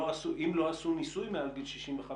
אם לא עשו ניסוי מעל גיל 65,